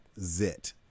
zit